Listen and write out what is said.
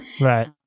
Right